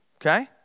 Okay